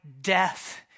death